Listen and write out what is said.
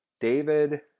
David